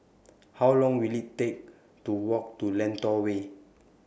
How Long Will IT Take to Walk to Lentor Way